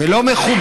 זה לא מכובד.